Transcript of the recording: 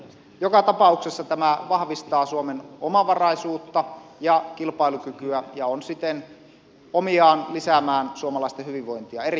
joka tapauksessa tämä vahvistaa suomen omavaraisuutta ja kilpailukykyä ja on siten omiaan lisäämään suomalaisten hyvinvointia erittäin hyvä näin